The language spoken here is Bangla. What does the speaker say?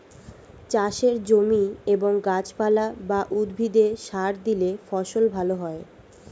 চাষের জমি এবং গাছপালা বা উদ্ভিদে সার দিলে ফসল ভালো হয়